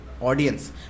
audience